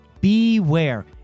beware